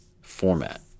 format